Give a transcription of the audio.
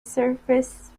service